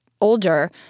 older